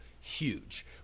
huge